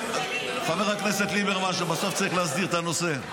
חבר הכנסת ליברמן, שבסוף צריך להסדיר את הנושא,